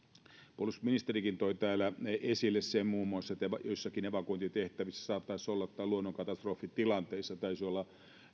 puolustusministerikin toi täällä esille muun muassa sen että niin saattaisi olla joissakin evakuointitehtävissä tai luonnonkatastrofitilanteissa ja taisi olla